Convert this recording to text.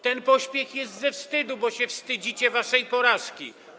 Ten pośpiech jest ze wstydu, bo wstydzicie się waszej porażki.